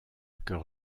cœur